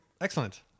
excellent